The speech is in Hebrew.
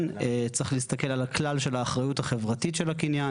צריך להסתכל על הכלל של האחריות החברתית של הקניין.